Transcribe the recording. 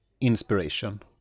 inspiration